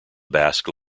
basque